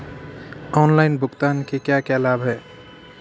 Online भुगतान के क्या लाभ हैं?